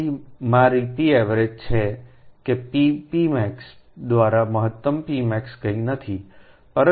તેથી આ મારી Pavg છે જે પીક Pmax P દ્વારા મહત્તમ Pmax કંઈ નથી પરંતુ P2 જ છે